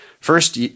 First